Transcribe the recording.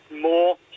more